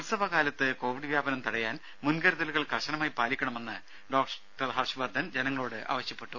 ഉത്സവകാലത്ത് കോവിഡ് വ്യാപനം തടയാൻ മുൻ കരുതലുകൾ കർശനമായി പാലിക്കണമെന്ന് ഡോക്ടർ ഹർഷവർദ്ധൻ ജനങ്ങളോട് ആവശ്യപ്പെട്ടു